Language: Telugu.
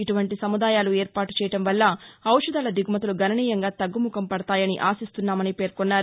ఇటువంటి సముదాయాలు ఏర్పాటు చేయడం వల్ల ఔషధాల దిగుమతులు గణనీయంగా తగ్గుముఖం పడతాయని ఆశిస్తున్నామని పేర్కొన్నారు